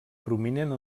prominent